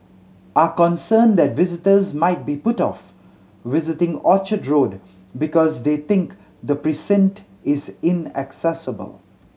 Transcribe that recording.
are concerned that visitors might be put off visiting Orchard Road because they think the precinct is inaccessible